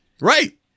Right